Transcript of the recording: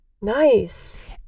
Nice